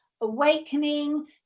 awakening